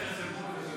על הערך הצבור אתה צודק.